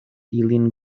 ilin